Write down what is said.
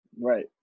right